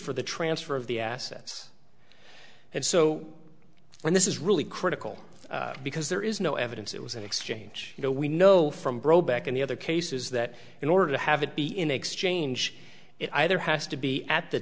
for the transfer of the assets and so when this is really critical because there is no evidence it was an exchange you know we know from brobeck in the other cases that in order to have it be in exchange it either has to be at the